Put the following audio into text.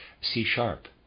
C-sharp